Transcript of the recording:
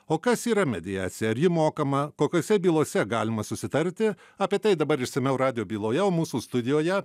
o kas yra mediacija ar ji mokama kokiose bylose galima susitarti apie tai dabar išsamiau radijo bylojeo mūsų studijoje